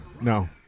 No